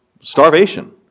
starvation